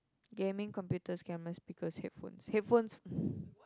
gaming computers camera speakers headphones headphones